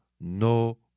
no